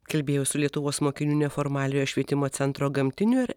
kalbėjau su lietuvos mokinių neformaliojo švietimo centro gamtinio ir